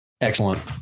Excellent